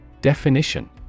Definition